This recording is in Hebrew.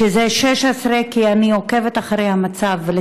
שזה 16, כי אני עוקבת אחרי המצב.